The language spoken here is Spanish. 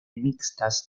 mixtas